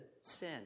sin